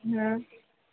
ହୁଁ